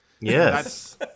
Yes